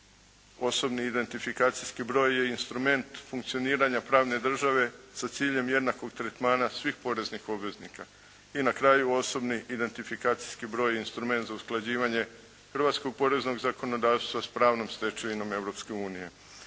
Osobni identifikacijski broj je instrument funkcioniranja pravne države sa ciljem jednakog tretmana svih poreznih obveznika. I na kraju osobni identifikacijski broj je instrument za usklađivanje hrvatskog poreznog zakonodavstva s pravnom stečevinom